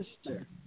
sister